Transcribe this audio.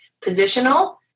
positional